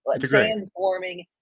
Transforming